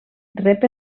rep